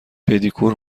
پدیکور